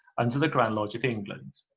under the grand lodge of england.